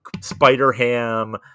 Spider-Ham